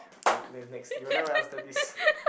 okay next next you will never ask the this